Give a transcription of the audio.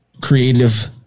creative